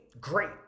great